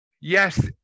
yes